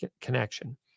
connection